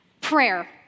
prayer